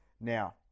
Now